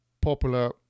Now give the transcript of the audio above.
popular